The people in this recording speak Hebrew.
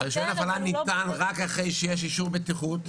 רישיון ההפעלה ניתן רק אחרי שיש אישור בטיחות.